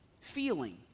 feeling